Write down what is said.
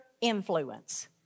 influence